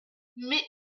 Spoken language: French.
mais